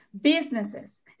businesses